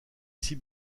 six